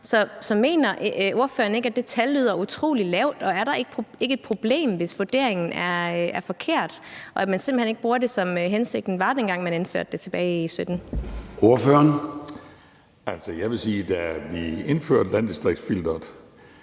Så mener ordføreren ikke, at det tal lyder utrolig lavt, og er der ikke et problem, hvis vurderingen er forkert, så man simpelt hen ikke bruger det efter det, der var hensigten, dengang man indførte det tilbage i 2017? Kl. 16:15 Formanden (Søren Gade): Ordføreren.